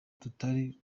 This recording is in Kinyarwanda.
tutari